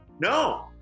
No